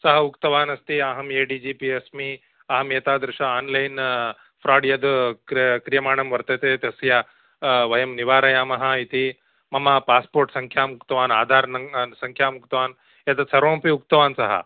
सः उक्तवान् अस्ति अहम् ए डी जि पि अस्मि अहम् एतादृशम् आन्लैन् फ़्राड् यद् क्र क्रियमाणं वर्तते तस्य वयं निवारयामः इति मम पास्पोर्ट् सङ्ख्याम् उक्तवान् आधार न् सङ्ख्याम् उक्तवान् एतत् सर्वमपि उक्तवान् सः